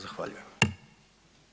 Zahvaljujem.